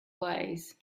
ways